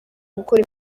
gukora